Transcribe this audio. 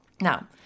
Now